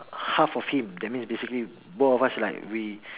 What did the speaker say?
half of him that means basically both of us like we